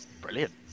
Brilliant